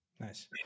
Nice